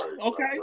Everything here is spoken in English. okay